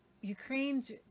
Ukraine's